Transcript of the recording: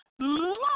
Love